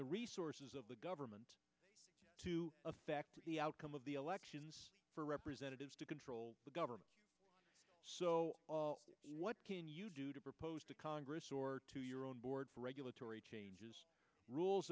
the resources of the government to affect the outcome of the election for representatives to control the government so what can you do to propose to congress or to your own board for regulatory changes rules